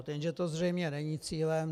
Jenže to zřejmě není cílem.